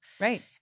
Right